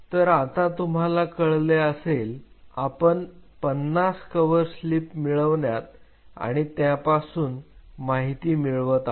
तर आता तुम्हाला कळले असेल आपण 50 कव्हरस्लिप मिळवण्यात आणि त्यापासून माहिती मिळवत आहोत